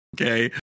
okay